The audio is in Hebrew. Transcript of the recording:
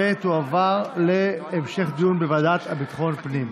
ותועבר להמשך דיון בוועדה לביטחון פנים.